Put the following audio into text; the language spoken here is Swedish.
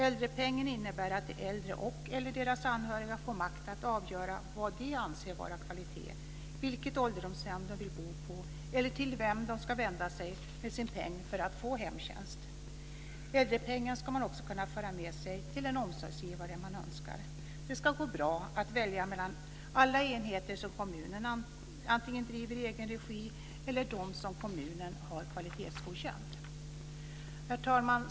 Äldrepengen innebär att de äldre eller deras anhöriga får makt att avgöra vad de anser vara kvalitet, vilket ålderdomshem de vill bo på eller till vem de vill vända sig med sin peng för att få hemtjänst. Äldrepengen ska man också kunna föra med sig till den omsorgsgivare man önskar. Det ska gå bra att välja mellan alla enheter som kommunen antingen driver i egen regi eller dem som kommunen har kvalitetsgodkänt. Herr talman!